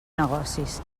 negocis